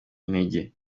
intege